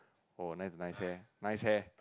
oh that's a nice hair nice hair